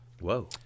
Whoa